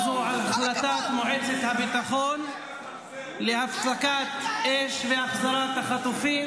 זו על החלטת מועצת הביטחון להפסקת אש והחזרת החטופים